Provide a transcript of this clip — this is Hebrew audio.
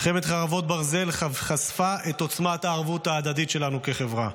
מלחמת חרבות ברזל חשפה את עוצמת הערבות ההדדית שלנו כחברה.